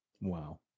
Wow